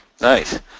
nice